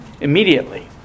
immediately